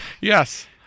Yes